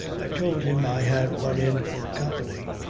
i told him i had run in for company.